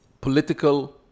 political